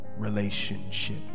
relationship